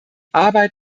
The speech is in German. arbeit